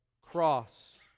cross